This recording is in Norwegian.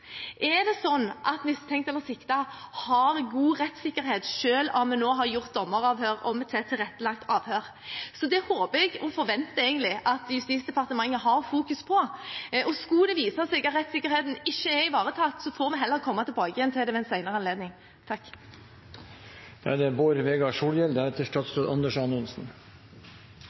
gjort dommeravhør om til tilrettelagt avhør? Det håper jeg og forventer jeg at Justisdepartementet har fokus på, og skulle det vise seg at rettssikkerheten ikke er ivaretatt, får vi heller komme tilbake til det ved en senere anledning. Som mange har sagt, er dette ei veldig viktig sak. Vi gjer store framskritt ved dette, især når det